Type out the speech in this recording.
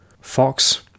Fox